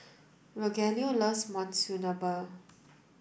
Rogelio loves Monsunabe